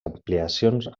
ampliacions